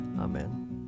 Amen